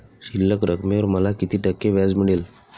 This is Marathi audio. शिल्लक रकमेवर मला किती टक्के व्याज मिळेल?